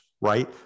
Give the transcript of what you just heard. right